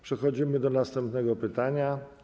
Przechodzimy do następnego pytania.